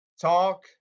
talk